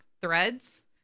Threads